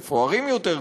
מפוארים יותר,